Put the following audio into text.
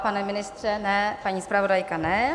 Pan ministr ne, paní zpravodajka ne.